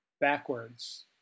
backwards